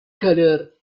colour